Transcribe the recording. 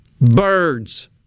birds